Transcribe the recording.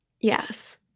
Yes